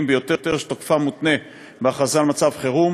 ביותר שתוקפם מותנה בהכרזה על מצב חירום,